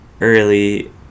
early